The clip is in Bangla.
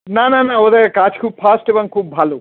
না না না ওদের কাজ খুব ফাস্ট এবং খুব ভালো